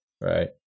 right